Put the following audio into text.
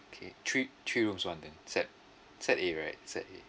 okay three three rooms one then set set A right set A